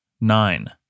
nine